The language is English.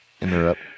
interrupt